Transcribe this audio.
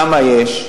כמה יש?